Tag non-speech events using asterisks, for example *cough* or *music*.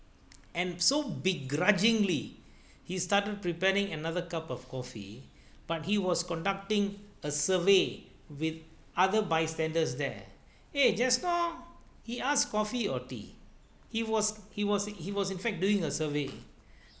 and so big grudgingly *breath* he started preparing another cup of coffee but he was conducting a survey with other bystanders there eh just now he asked coffee or tea he was he was he was in fact doing a survey